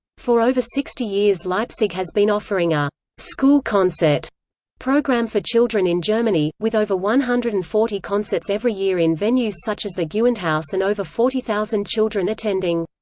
for over sixty years leipzig has been offering a school concert programme for children in germany, with over one hundred and forty concerts every year in venues such as the gewandhaus and over forty thousand children attending.